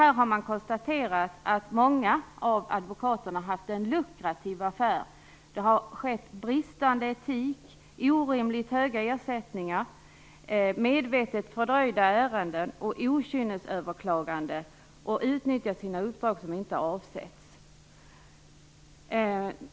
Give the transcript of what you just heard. Man har då konstaterat att många av advokaterna haft lukrativa affärer. Det har förekommit bristande etik, orimligt höga ersättningar, medvetet fördröjda ärenden, okynnesöverklaganden och utnyttjande av uppdragen på icke avsett sätt.